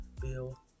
Bill